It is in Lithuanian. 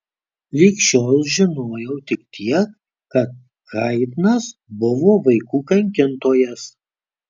lig šiol žinojau tik tiek kad haidnas buvo vaikų kankintojas